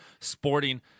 sporting